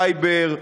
סייבר,